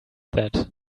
that